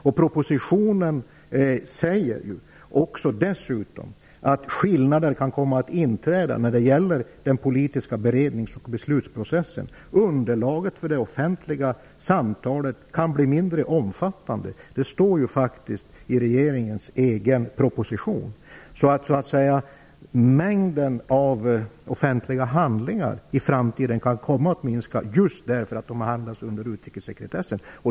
Av propositionen framgår det att skillnader kan komma att inträda när den gäller den politiska berednings och beslutsprocessen. Underlaget för det offentliga samtalet kan bli mindre omfattande. Det står faktiskt i regeringens egen proposition. Mängden offentliga handlingar i framtiden kan komma att minska just därför att de har hamnat under utrikessekretessen.